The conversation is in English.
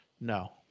No